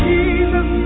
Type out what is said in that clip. Jesus